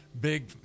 big